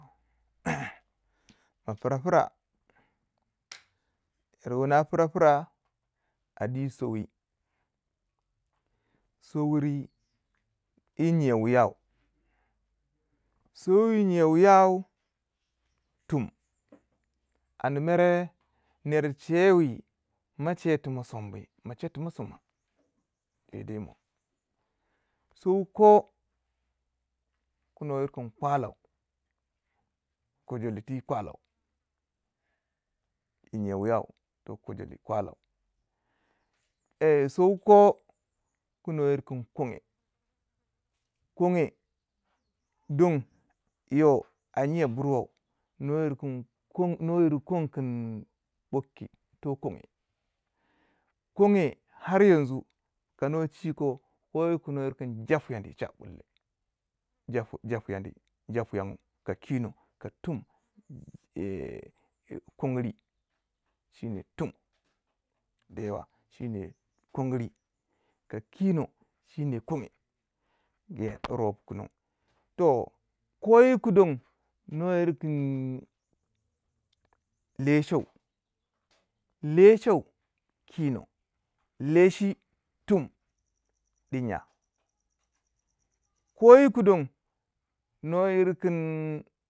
ma pira pira nerwuna pira pira adi sowi sowiri yi niyau wiya soa yi nyeu wuya tum andi mere ner chewi mo che tuma sombu, ma che tuma soma yi dinmo sua ko ti nuwa yir kun kwalau gujil ti kwalau yi nyiyau wuya gujili kwalau, eh sau ko ku nuwa yir kun konye, konye don ah nyiyau burwa nuwa yir kun nwo yir kun buki toh konye ner chewa tu soma dedemo sou ko kuno yir kin kwalau sou ko kuno yir kin kongye konye har yanzu ka nuwa chi ko koyi ku nuwo cheu kun ka kinon ka tum eh kongiri shineh tum, da yawa shineh kongeri ka kinon shineh kongye gaen, rob, kunong ko yi ku don nuwa yir kun lechau, lechau kino liechi tum dinya ko yiku don no yiri kin.